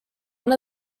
one